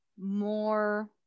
more